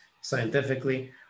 scientifically